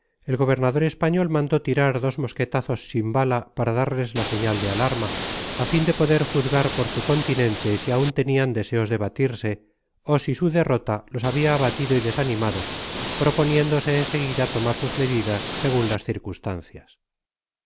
el gobernador español mandó tirar dos mosquetazos sin bala para darles la señal de alarma á fin de poder juzgar por su continente si aun tenian deseos de batirse ó si su derrota los habia abatido y desanimado proponiéndose en seguida tomar sus medidas segun las circunstancias